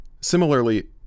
Similarly